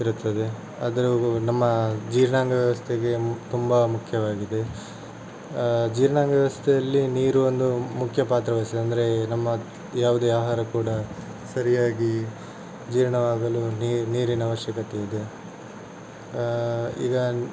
ಇರುತ್ತದೆ ಆದರೆ ನಮ್ಮ ಜೀರ್ಣಾಂಗ ವ್ಯವಸ್ಥೆಗೆ ತುಂಬ ಮುಖ್ಯವಾಗಿದೆ ಜೀರ್ಣಾಂಗ ವ್ಯವಸ್ಥೆಯಲ್ಲಿ ನೀರು ಒಂದು ಮುಖ್ಯ ಪಾತ್ರವಹಿಸಿದೆ ಅಂದರೆ ನಮ್ಮ ಯಾವುದೇ ಆಹಾರ ಕೂಡ ಸರಿಯಾಗಿ ಜೀರ್ಣವಾಗಲು ನೀರಿನ ಅವಶ್ಯಕತೆ ಇದೆ ಈಗ